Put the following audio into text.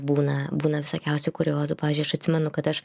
būna būna visokiausių kuriozų pavyzdžiui aš atsimenu kad aš